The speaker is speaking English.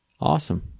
awesome